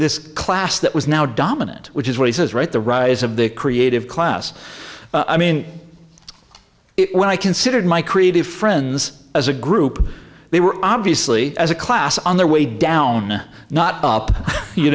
this class that was now dominant which is what he says right the rise of the creative class i mean when i considered my creative friends as a group they were obviously as a class on their way down not up you